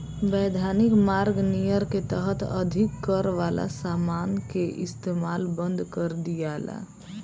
वैधानिक मार्ग नियर के तहत अधिक कर वाला समान के इस्तमाल बंद कर दियाला